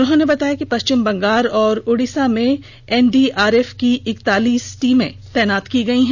उन्होंन बताया कि पष्विम बंगाल और उड़िसा में एनडीआरएफ की इक्कतालीस टीमें तैनात की गई हैं